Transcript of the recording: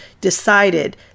decided